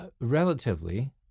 relatively